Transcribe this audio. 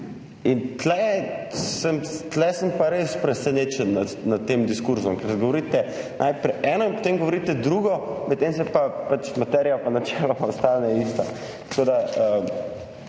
Tu sem pa res presenečen nad tem diskurzom, ker govorite najprej eno in potem govorite drugo, medtem pa materija načeloma ostane ista.